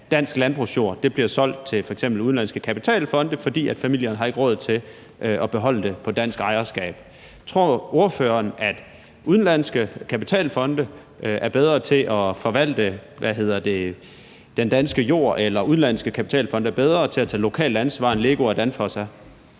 dansk landbrugsjord bliver solgt til f.eks. udenlandske kapitalfonde, fordi familierne ikke har råd til at beholde det på dansk ejerskab. Tror ordføreren, at udenlandske kapitalfonde er bedre til at forvalte den danske jord, eller at udenlandske kapitalfonde er bedre til at tage lokalt ansvar,